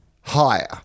Higher